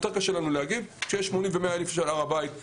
יותר קשה לנו להגיב כשיש מספר כזה של מתפללים בהר הבית.